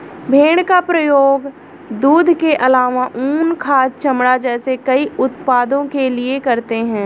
भेड़ का प्रयोग दूध के आलावा ऊन, खाद, चमड़ा जैसे कई उत्पादों के लिए करते है